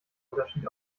unterschied